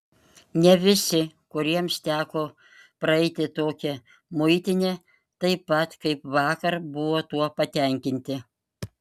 ne visi kuriems teko praeiti tokią muitinę taip pat kaip vakar buvo tuo patenkinti